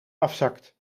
afzakt